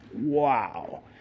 Wow